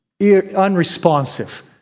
unresponsive